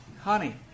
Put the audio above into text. Honey